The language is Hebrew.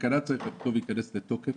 התקנה צריכה להיכנס לתוקף